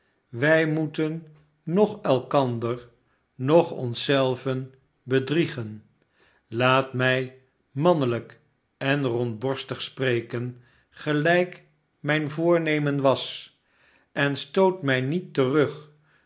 wij moeten noch elkander noch ons zelven bedriegen laat mij mannelijk en rondborstig spreken gelijk mijn voornemen was en stoot mij niet terug